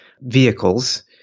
vehicles